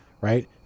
Right